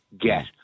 get